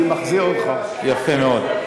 יפה מאוד.